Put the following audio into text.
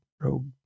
rogue